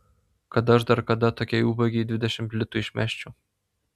kad aš dar kada tokiai ubagei dvidešimt litų išmesčiau